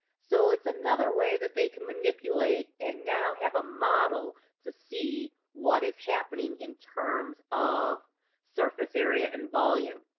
so it's another way that they can manipulate and now have a model to see what is happening in terms of surface area and volume.